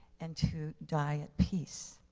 and to die at peace.